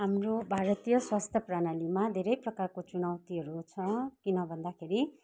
हाम्रो भारतीय स्वास्थ्य प्रणालीमा धेरै प्रकारको चुनौतीहरू छ किन भन्दाखेरि